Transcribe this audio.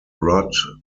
rot